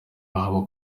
haba